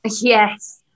Yes